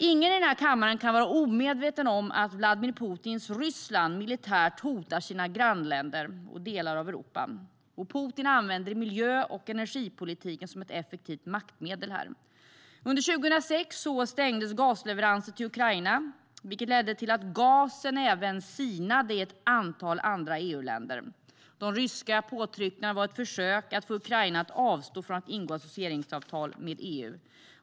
Ingen i denna kammare kan vara omedveten om att Vladimir Putins Ryssland militärt hotar sina grannländer och delar av Europa. Putin använder miljö och energipolitiken som ett effektivt maktmedel. Under 2006 stoppades gasleveranser till Ukraina, vilket ledde till att gasen sinade även i ett antal EU-länder. De ryska påtryckningarna var ett försök att få Ukraina att avstå från att ingå associeringsavtal med EU.